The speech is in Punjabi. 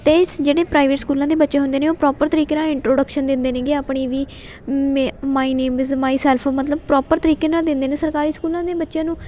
ਅਤੇ ਸ ਜਿਹੜੇ ਪ੍ਰਾਈਵੇਟ ਸਕੂਲਾਂ ਦੇ ਬੱਚੇ ਹੁੰਦੇ ਨੇ ਉਹ ਪ੍ਰੋਪਰ ਤਰੀਕੇ ਨਾਲ ਇੰਟਰੋਡਕਸ਼ਨ ਦਿੰਦੇ ਨੇਗੇ ਆਪਣੀ ਵੀ ਮੇ ਮਾਈ ਨੇਮ ਇਜ਼ ਮਾਈਸੈਲਫ ਮਤਲਬ ਪ੍ਰੋਪਰ ਤਰੀਕੇ ਨਾਲ ਦਿੰਦੇ ਨੇ ਸਰਕਾਰੀ ਸਕੂਲਾਂ ਦੇ ਬੱਚਿਆਂ ਨੂੰ